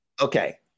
Okay